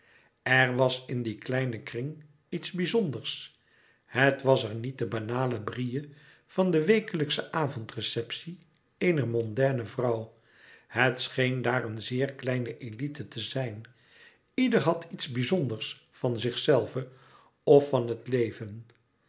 er was in dien kleinen kring iets bizonders het was er niet de banale brille van de wekelijksche avondreceptie eener mondaine vrouw het scheen daar een zeer kleine élite te zijn louis couperus metamorfoze ieder had iets bizonders van zichzelve of van het leven